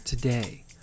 Today